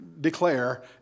declare